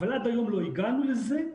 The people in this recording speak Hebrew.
עד היום לא הגענו לזה.